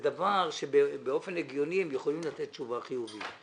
זה דבר שבאופן הגיוני הם יכולים לתת תשובה חיובית.